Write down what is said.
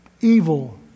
evil